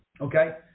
Okay